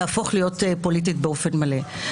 תהפוך להיות פוליטית באופן מלא.